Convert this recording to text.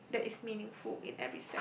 that is meaningful in every cent